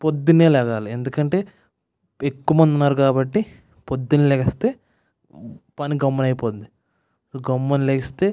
పొద్దున్నే లెగాలి ఎందుకంటే ఎక్కువమంది ఉన్నారు కాబట్టి పొద్దున లెగిస్తే పనికి గమ్ముగా అయిపోతుంది గమ్మున లేస్తే